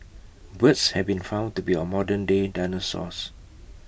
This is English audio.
birds have been found to be our modernday dinosaurs